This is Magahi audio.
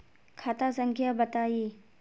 खाता संख्या बताई?